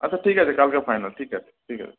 আচ্ছা ঠিক আছে কালকে ফাইনাল ঠিক আছে ঠিক আছে